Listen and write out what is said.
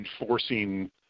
enforcing